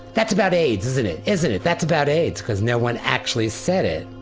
that's about aids isn't it, isn't it? that's about aids, because no one actually said it.